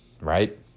right